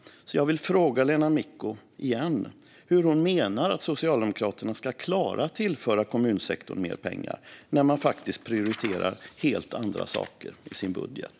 Jag vill därför fråga Lena Micko igen hur hon menar att Socialdemokraterna ska klara att tillföra kommunsektorn mer pengar när man prioriterar helt andra saker i sin budget.